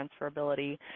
transferability